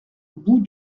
bout